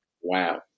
wow